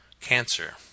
Cancer